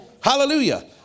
Hallelujah